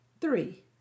Three